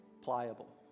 pliable